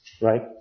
right